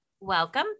Welcome